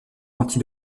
anti